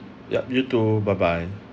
yup you too bye bye